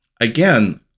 again